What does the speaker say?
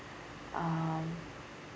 um